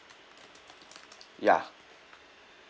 ya